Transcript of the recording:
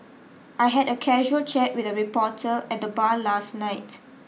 I had a casual chat with a reporter at the bar last night